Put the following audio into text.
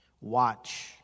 watch